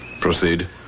Proceed